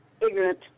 ignorant